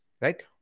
right